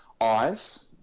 eyes